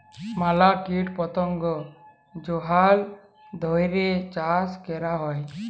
ম্যালা কীট পতঙ্গ যেগলা ধ্যইরে চাষ ক্যরা হ্যয়